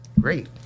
great